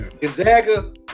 Gonzaga